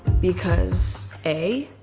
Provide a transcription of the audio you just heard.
because a,